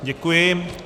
Děkuji.